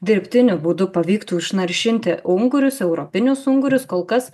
dirbtiniu būdu pavyktų išnaršinti ungurius europinius ungurius kol kas